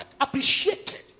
appreciated